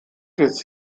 des